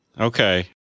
okay